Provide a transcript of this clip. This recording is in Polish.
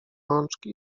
rączki